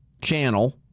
channel